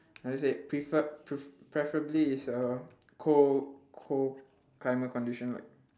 how to say it prefer~ pref~ preferably it's a cold cold climate condition like